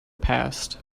passed